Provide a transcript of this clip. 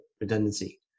redundancy